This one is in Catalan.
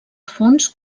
fons